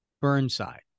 Burnside